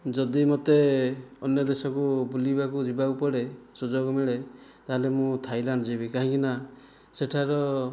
ଯଦି ମୋତେ ଅନ୍ୟ ଦେଶକୁ ବୁଲିବାକୁ ଯିବାକୁ ପଡ଼େ ସୁଯୋଗ ମିଳେ ତାହେଲେ ମୁଁ ଥାଇଲ୍ୟାଣ୍ଡ ଯିବି କାହିଁକି ନା ସେଠାର